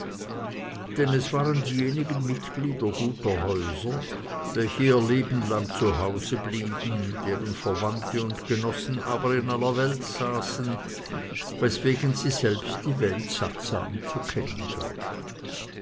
denn es waren diejenigen mitglieder guter häuser welche ihr leben lang zu hause blieben deren verwandte und genossen aber in aller welt saßen weswegen sie selbst die welt sattsam zu kennen glaubten